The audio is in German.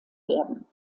werden